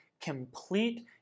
complete